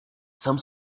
some